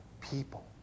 people